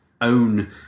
own